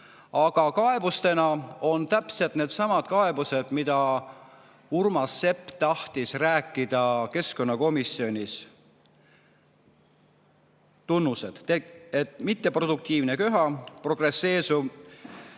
aga kaebustena on täpselt needsamad kaebused, millest Urmas Sepp tahtis rääkida keskkonnakomisjonis. Tunnused: mitteproduktiivne köha, progresseeruv